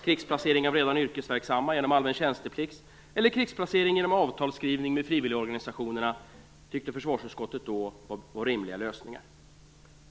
Krigsplacering av redan yrkesverksamma genom allmän tjänsteplikt eller krigsplacering genom avtalsskrivning med frivilligorganisationerna tyckte försvarsutskottet då var rimliga lösningar.